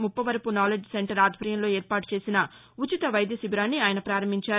Muppavarapu knowledge centre ఆధ్వర్యంలో ఏర్పాటు చేసిన ఉచిత వైద్య శిచిరాన్ని ఆయన ప్రారంభించారు